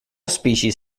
species